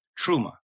Truma